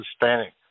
Hispanic